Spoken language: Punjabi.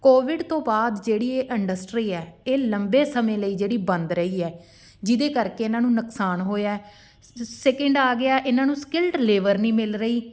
ਕੋਵਿਡ ਤੋਂ ਬਾਅਦ ਜਿਹੜੀ ਇਹ ਇੰਡਸਟਰੀ ਹੈ ਇਹ ਲੰਬੇ ਸਮੇਂ ਲਈ ਜਿਹੜੀ ਬੰਦ ਰਹੀ ਹੈ ਜਿਹਦੇ ਕਰਕੇ ਇਹਨਾਂ ਨੂੰ ਨੁਕਸਾਨ ਹੋਇਆ ਸ ਸੈਕਿੰਡ ਆ ਗਿਆ ਇਹਨਾਂ ਨੂੰ ਸਕਿੱਲਡ ਲੇਵਰ ਨਹੀਂ ਮਿਲ ਰਹੀ